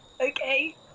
Okay